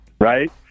Right